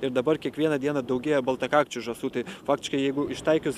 ir dabar kiekvieną dieną daugėja baltakakčių žąsų tai faktiškai jeigu ištaikius